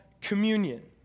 communion